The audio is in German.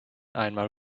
einmal